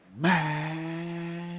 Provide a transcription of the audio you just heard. man